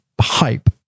hype